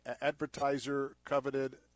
advertiser-coveted